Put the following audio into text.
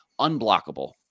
unblockable